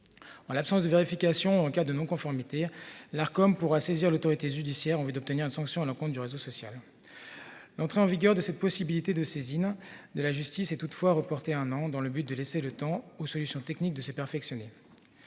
En l'absence de vérification en cas de non-conformité l'Arcom pourra saisir l'autorité judiciaire en vue d'obtenir une sanction à leur compte du réseau social. L'entrée en vigueur de cette possibilité de saisine de la justice est toutefois reporté un an dans le but de laisser le temps aux solutions techniques de se perfectionner.